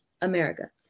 america